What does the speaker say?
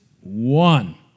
one